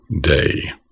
day